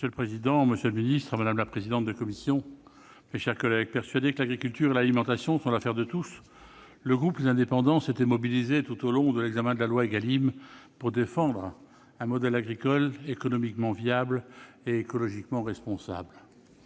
Monsieur le président, monsieur le ministre, mes chers collègues, persuadé que l'agriculture et l'alimentation sont l'affaire de tous, le groupe Les Indépendants s'était mobilisé tout au long de l'examen de la loi Égalim pour défendre un modèle agricole économiquement viable et écologiquement responsable.